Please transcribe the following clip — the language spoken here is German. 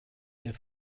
der